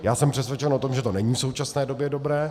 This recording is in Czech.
Já jsem přesvědčen o tom, že to není v současné době dobré.